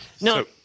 No